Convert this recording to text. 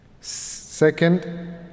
Second